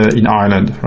ah in ireland,